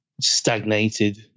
stagnated